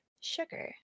sugar